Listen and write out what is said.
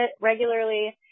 regularly